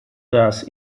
thus